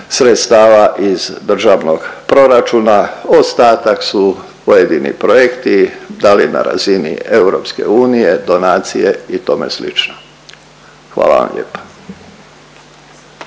sredstava iz državnog proračuna, ostatak su pojedini projekti da li na razini EU, donacije i tome slično. Hvala vam lijepa.